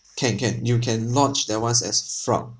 can can you can lodge that ones as fraud